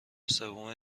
سوم